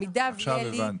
עכשיו הבנתי.